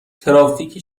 ترافیک